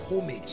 homage